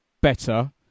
better